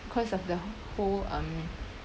cause of the whole um